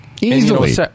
Easily